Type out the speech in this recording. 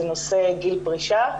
זה נושא גיל פרישה,